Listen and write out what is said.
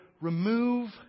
remove